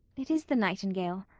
it is the nightingale.